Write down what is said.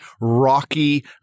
rocky